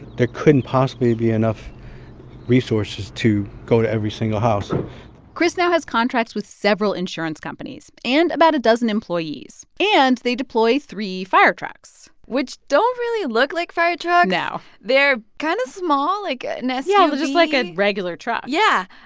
there couldn't possibly be enough resources to go to every single house chris now has contracts with several insurance companies and about a dozen employees. and they deploy three firetrucks which don't really look like firetrucks no they're kind of small, like an suv yeah, they're just like a regular truck yeah.